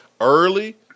early